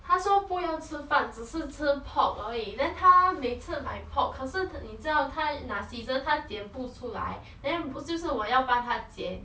他说不要吃饭只是吃 pork 而已 then 他每次买 pork 可是你知道他拿 scissors 他剪不出来 then 不就是我要帮他剪